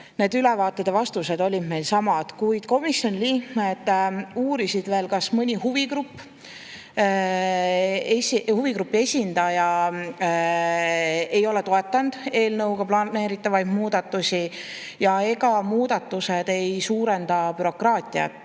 need ülevaated ja vastused olid meil samad. Kuid komisjoni liikmed uurisid, kas mõni huvigrupp või huvigrupi esindaja ei ole toetanud eelnõuga planeeritavaid muudatusi ja ega muudatused ei suurenda bürokraatiat.